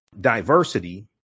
diversity